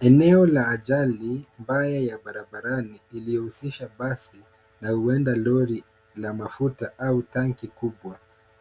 Eneo la ajali mbaya ya barabarani iliyohusisha basi na huenda lori la mafuta au tanki kubwa.